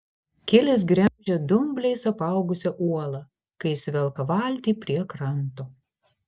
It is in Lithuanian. kilis gremžia dumbliais apaugusią uolą kai jis velka valtį prie kranto